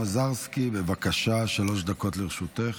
מזרסקי, בבקשה, שלוש דקות לרשותך.